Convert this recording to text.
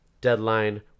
deadline